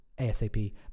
ASAP